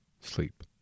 sleep